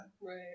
right